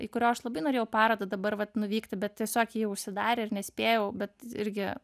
į kurio aš labai norėjau parodą dabar vat nuvykti bet tiesiog ji užsidarė ir nespėjau bet irgi